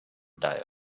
tire